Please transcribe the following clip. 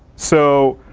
so,